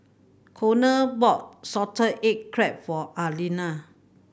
Konner bought salted egg crab for Alina